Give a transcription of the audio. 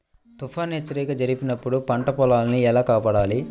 తుఫాను హెచ్చరిక జరిపినప్పుడు పంట పొలాన్ని ఎలా కాపాడాలి?